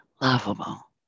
lovable